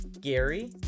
Gary